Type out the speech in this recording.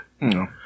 No